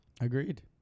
Agreed